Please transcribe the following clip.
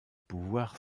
pouvoir